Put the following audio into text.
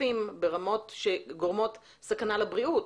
מטונפים ברמות שגורמות סכנה לבריאות.